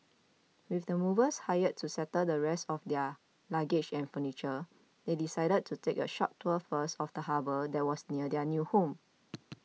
with the movers hired to settle the rest of their luggage and furniture they decided to take a short tour first of the harbour that was near their new home